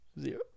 Zero